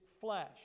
flesh